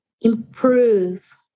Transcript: improve